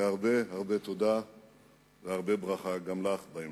הרבה תודה והרבה ברכה גם לך בהמשך.